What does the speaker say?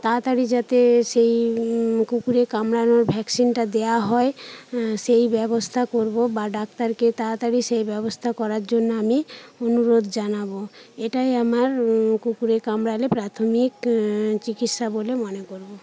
তাড়াতাড়ি যাতে সেই কুকুরে কামড়ানোর ভ্যাকসিনটা দেওয়া হয় সেই ব্যবস্থা করব বা ডাক্তারকে তাড়াতাড়ি সেই ব্যবস্থা করার জন্য আমি অনুরোধ জানাব এটাই আমার কুকুরে কামড়ালে প্রাথমিক চিকিৎসা বলে মনে করব